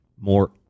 more